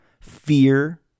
fear